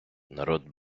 народ